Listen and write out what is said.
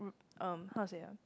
um how to say ah